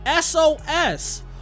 SOS